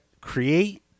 create